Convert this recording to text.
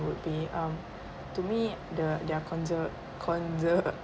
would be um to me the they're conser~ conser~